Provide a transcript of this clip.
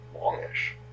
longish